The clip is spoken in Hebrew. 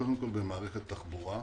קודם כל במערכת התחבורה.